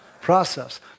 Process